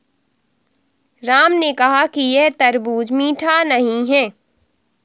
राम ने कहा कि यह तरबूज़ मीठा नहीं है